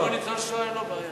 אם הוא ניצול שואה, אין לו בעיה.